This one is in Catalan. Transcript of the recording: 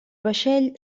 vaixell